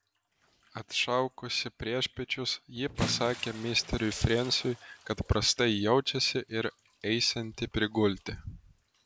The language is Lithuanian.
atšaukusi priešpiečius ji pasakė misteriui frensiui kad prastai jaučiasi ir eisianti prigulti